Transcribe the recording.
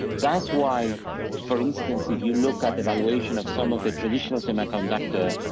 that's why for instance, if you look at the valuation of some of the traditional semiconductor